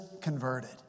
converted